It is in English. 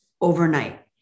overnight